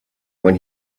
when